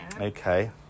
Okay